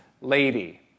lady